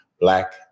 Black